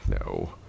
No